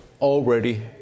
already